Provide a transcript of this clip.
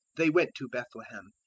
they went to bethlehem,